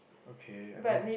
okay I mean